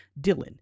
Dylan